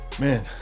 man